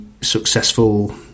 successful